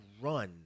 run